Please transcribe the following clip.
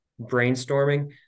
brainstorming